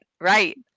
right